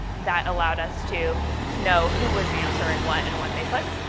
that allowed us to know who was answering what and what they put.